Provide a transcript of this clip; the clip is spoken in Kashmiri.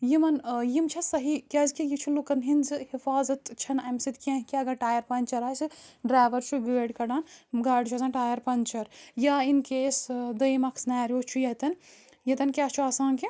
یِمَن یِم چھےٚ صحیح کیازکہِ یہِ چھُ لُکَن ہِنٛزِ حِفاظت چھَنہٕ اَمہِ سۭتۍ کینٛہہ کہِ اگر ٹایَر پَنچَر آسہِ ڈرٛایوَر چھُ گٲڑۍ کَڑان گاڑِ چھُ آسان ٹایَر پَنچَر یا اِن کیس دٔیِم اَکھ سٔنیریو چھُ ییٚتٮ۪ن ییٚتٮ۪ن کیٛاہ چھُ آسان کہِ